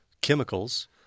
chemicals